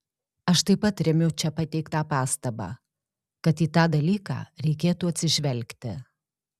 aš taip pat remiu čia pateiktą pastabą kad į tą dalyką reikėtų atsižvelgti